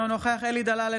אינו נוכח אלי דלל,